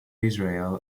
israel